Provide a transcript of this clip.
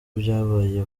byabaye